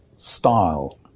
Style